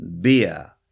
beer